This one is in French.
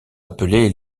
appelés